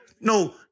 No